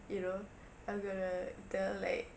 you know I'm going to tell like